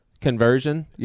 conversion